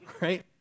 right